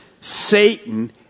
Satan